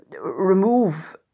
remove